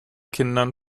kindern